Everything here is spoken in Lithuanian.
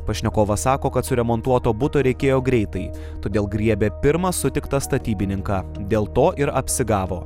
pašnekovas sako kad suremontuoto buto reikėjo greitai todėl griebė pirmą sutiktą statybininką dėl to ir apsigavo